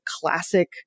classic